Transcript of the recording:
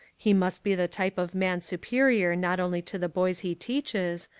he must be the type of man superior not only to the boys he teaches,